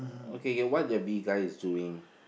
okay what the bee guy is doing